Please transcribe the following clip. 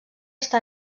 està